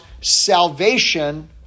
Salvation